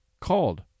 called